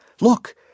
look